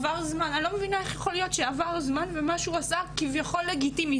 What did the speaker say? עבר זמן ומה שהוא עשה כביכול לגיטימי,